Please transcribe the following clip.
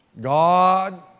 God